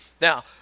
Now